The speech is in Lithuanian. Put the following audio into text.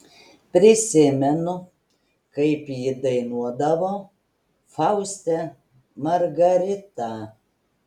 prisimenu kaip ji dainuodavo fauste margaritą